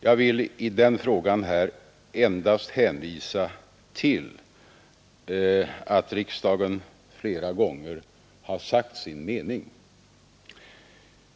Jag vill i den frågan här endast hänvisa till att riksdagen flera gånger har sagt sin mening.